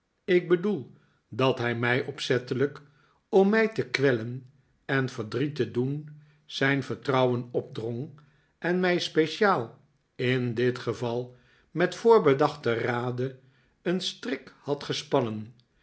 ik bedoel dat hij mij opzettelijk om mij te kwellen en verdriet te doen zijn vertrouwen opdrong en mij speciaal in dit geval met voorbedachten rade een strik had gespannen